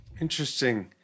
Interesting